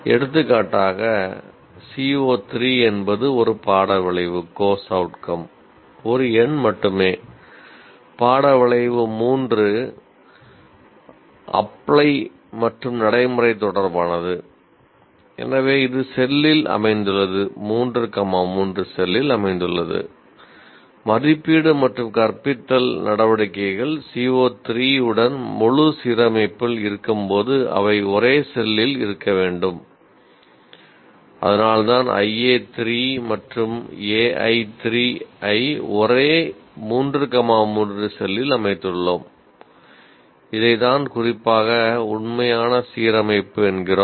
எடுத்துக்காட்டாக CO 3 என்பது ஒரு பாட விளைவு செல்லில் அமைத்துள்ளோம் இதை தான் குறிப்பாக உண்மையான சீரமைப்பு என்கிறோம்